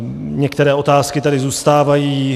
Některé otázky tady zůstávají.